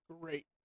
great